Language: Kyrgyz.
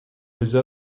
өзү